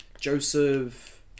Joseph